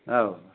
औ